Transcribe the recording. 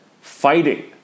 fighting